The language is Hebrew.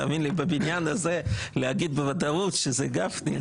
תאמין לי, בבניין הזה להגיד בוודאות שזה גפני.